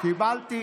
קיבלתי.